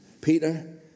Peter